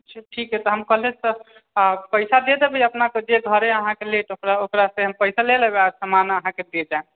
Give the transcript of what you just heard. ठीक हइ तऽ हम कल्हे सब पैसा दे देबै अपना पर जे घरे अहाँ कऽ ले के हुए ओकरा से हम पैसा ले लेबै आ सामन अहाँकेँ दे जाएब